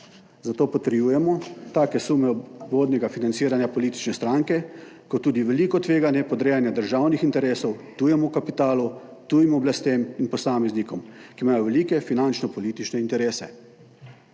zato potrjujemo tako sume obvodnega financiranja politične stranke kot tudi veliko tveganje podrejanja državnih interesov tujemu kapitalu, tujim oblastem in posameznikom, ki imajo velike finančno-politične interese.